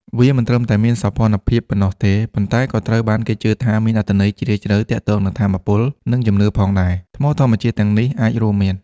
វាមិនត្រឹមតែមានសោភ័ណភាពប៉ុណ្ណោះទេ ប៉ុន្តែក៏ត្រូវបានគេជឿថាមានអត្ថន័យជ្រាលជ្រៅទាក់ទងនឹងថាមពល និងជំនឿផងដែរ។ ថ្មធម្មជាតិទាំងនេះអាចរួមមាន៖